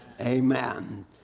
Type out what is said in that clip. amen